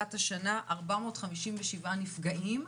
שמתחילת השנה 457 נפגעים.